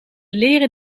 leren